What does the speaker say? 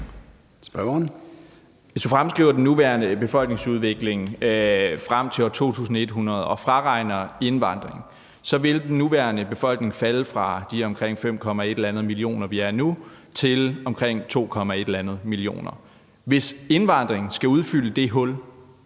Hvis vi fremskriver den nuværende befolkningsudvikling frem til år 2100 og fraregner indvandring, vil den nuværende befolkning falde fra de omkring lidt over 5 millioner, vi er nu, til omkring lidt over 2 millioner. Hvis indvandringen skal udfylde det hul,